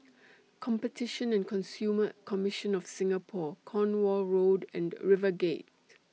Competition and Consumer Commission of Singapore Cornwall Road and RiverGate